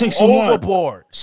overboard